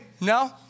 No